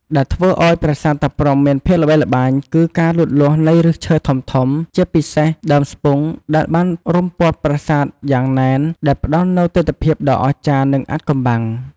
ដែលធ្វើឱ្យប្រាសាទតាព្រហ្មមានភាពល្បីល្បាញគឺ ការលូតលាស់នៃឫសឈើធំៗ ជាពិសេសដើមស្ពុង ដែលបានរុំព័ទ្ធប្រាសាទយ៉ាងណែន ដែលផ្តល់នូវទិដ្ឋភាពដ៏អស្ចារ្យ និងអាថ៌កំបាំង។